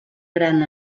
gran